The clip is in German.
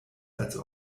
als